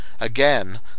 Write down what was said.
again